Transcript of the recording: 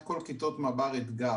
את כל כיתות מב"ר-אתגר,